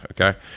Okay